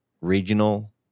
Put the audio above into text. regional